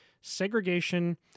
segregation